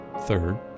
Third